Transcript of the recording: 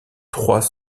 trois